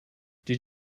did